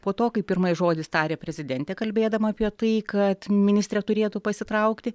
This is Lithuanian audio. po to kai pirmąjį žodį tarė prezidentė kalbėdama apie tai kad ministrė turėtų pasitraukti